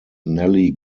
nellie